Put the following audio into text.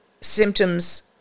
symptoms